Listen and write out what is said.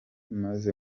maze